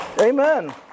Amen